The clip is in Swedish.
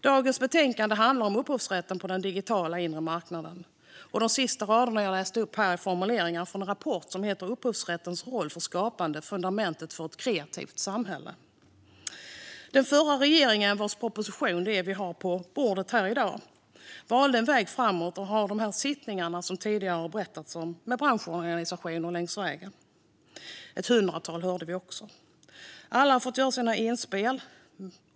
Dagens betänkande handlar om upphovsrätten på den digitala inre marknaden, och mer om detta finns att läsa i rapporten Upphovsrättens roll för skapandet - f undamentet för ett kreativt samhälle . Den förra regeringen, vars proposition vi nu har på bordet, valde, som tidigare nämnts, att ha sittningar med ett hundratal branschorganisationer där alla fick göra inspel.